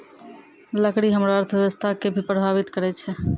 लकड़ी हमरो अर्थव्यवस्था कें भी प्रभावित करै छै